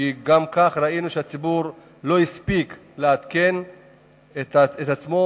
כי גם כך ראינו שהציבור לא הספיק לעדכן את עצמו,